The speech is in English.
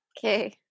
Okay